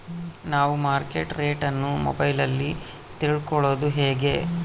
ನಾವು market rate ಅನ್ನು ಮೊಬೈಲಲ್ಲಿ ತಿಳ್ಕಳೋದು ಹೇಗೆ?